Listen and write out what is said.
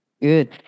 Good